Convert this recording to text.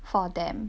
for them